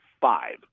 five